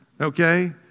Okay